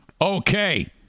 Okay